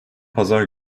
pazar